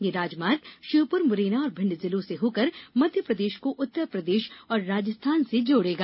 यह राजमार्ग श्योपुर मुरैना और भिंड जिलों से होकर मध्य प्रदेश को उत्तरप्रदेश और राजस्थान से जोड़ेगा